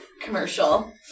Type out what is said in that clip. commercial